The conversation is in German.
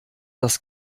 das